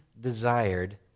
desired